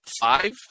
five